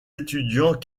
étudiants